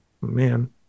man